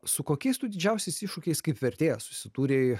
su kokiais tu didžiausiais iššūkiais kaip vertėjas susidūrei